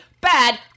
bad